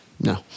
No